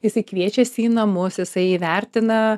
jisai kviečiasi į namus jisai įvertina